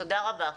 תודה רבה.